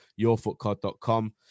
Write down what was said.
yourfootcard.com